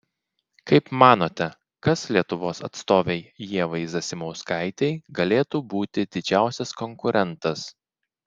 kaip manote kas lietuvos atstovei ievai zasimauskaitei galėtų būti didžiausias konkurentas